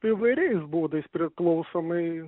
įvairiais būdais priklausomai